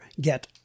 get